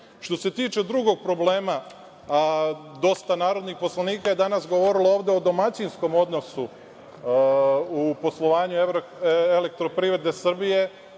se tiče drugog problema, dosta narodnih poslanika je danas govorilo ovde o domaćinskom odnosu u poslovanju EPS, ali ne